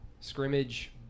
scrimmage